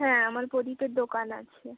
হ্যাঁ আমার প্রদীপের দোকান আছে